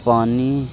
پانی